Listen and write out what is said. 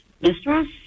mistress